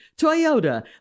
Toyota